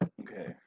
Okay